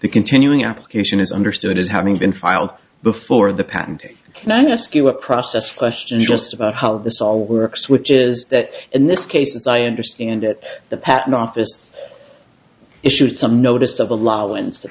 continuing application is understood as having been filed before the patent can i ask you a process question just about how this all works which is that in this case as i understand it the patent office issued some notice of allowance that